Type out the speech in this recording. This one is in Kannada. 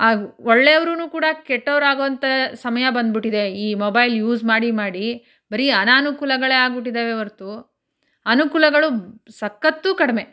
ಆ ಒಳ್ಳೆಯವ್ರೂ ಕೂಡ ಕೆಟ್ಟೋರಾಗುವಂಥ ಸಮಯ ಬಂದ್ಬಿಟ್ಟಿದೆ ಈ ಮೊಬೈಲ್ ಯೂಸ್ ಮಾಡಿ ಮಾಡಿ ಬರೀ ಅನಾನುಕೂಲಗಳೇ ಆಗಿಬಿಟ್ಟಿದ್ದವೇ ಹೊರತು ಅನುಕೂಲಗಳು ಸಖತ್ತು ಕಡಿಮೆ